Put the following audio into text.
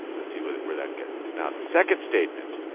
let's see where that where that gets us. now the second statement.